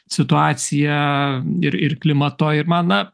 situacija ir ir klimato ir man na